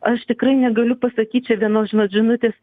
aš tikrai negaliu pasakyt čia vienos žinot žinutės